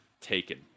Taken